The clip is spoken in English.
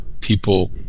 People